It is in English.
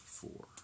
four